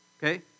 Okay